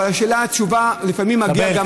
אבל התשובה לפעמים מגיעה גם להורים.